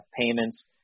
payments